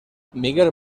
miguel